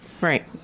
Right